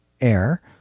air